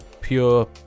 pure